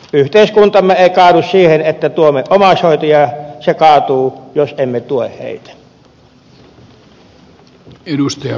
yhteiskuntamme ei kaadu siihen että tuemme omaishoitajia se kaatuu jos emme tue heitä